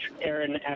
Aaron